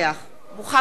מוחמד ברכה,